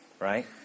right